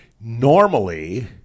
normally